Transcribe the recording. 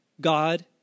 God